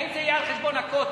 האם זה יהיה על חשבון ה"קוטג'"?